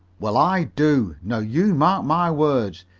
well, i do. now you mark my words.